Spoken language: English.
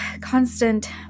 constant